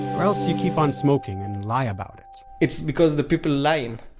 or else you keep on smoking and lie about it it's because the people lying.